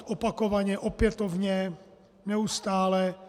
Opakovaně, opětovně, neustále.